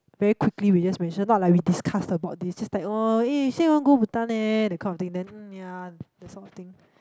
very quickly we just mention not like we discussed about this just like you !wah! eh you say you want to go Bhutan eh that kind of thing then ya that sort of thing